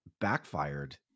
backfired